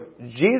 Jesus